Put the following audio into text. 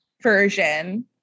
version